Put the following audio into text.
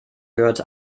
gehört